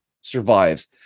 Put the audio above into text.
survives